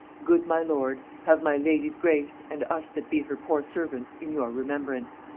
good my lord, have my lady's grace, and us that be her poor servants in your remembrance.